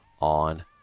on